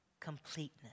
completeness